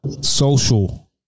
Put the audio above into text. social